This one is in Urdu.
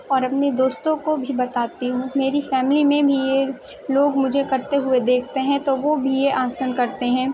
اور اپنے دوستوں کو بھی بتاتی ہوں میری فیملی میں بھی یہ لوگ مجھے کرتے ہوئے دیکھتے ہیں تو وہ بھی یہ آسن کرتے ہیں